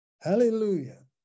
Hallelujah